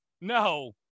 No